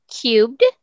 cubed